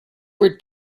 were